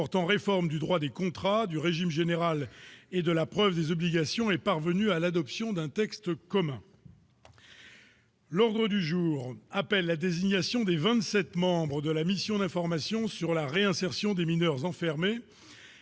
portant réforme du droit des contrats du régime général et de la preuve des obligations est parvenu à l'adoption d'un texte commun. L'ordre du jour appelle la désignation des 27 membres de la mission d'information sur la réinsertion des mineurs enfermés,